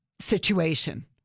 situation